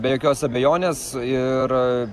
be jokios abejonės ir